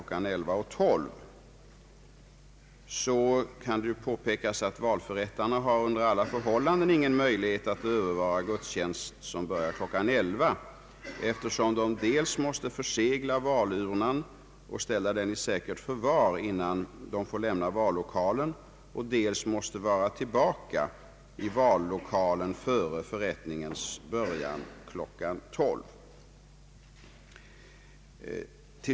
11 och 12, så kan valförrättarna under alla förhållanden inte övervara gudstjänst som börjar kl. 11, eftersom de dels måste försegla valurnan och ställa den i säkert förvar innan de får lämna vallokalen, dels måste vara tillbaka i vallokalen före förrättningens början kl. 12.